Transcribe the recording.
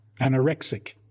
anorexic